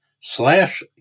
slash